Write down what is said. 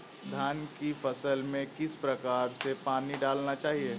धान की फसल में किस प्रकार से पानी डालना चाहिए?